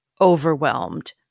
overwhelmed